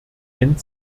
kennt